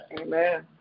Amen